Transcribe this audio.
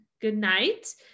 goodnight